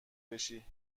بشی